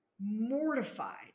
mortified